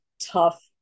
tough